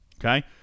Okay